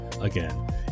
again